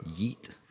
Yeet